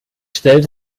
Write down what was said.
stellt